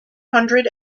hundred